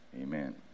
amen